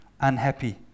unhappy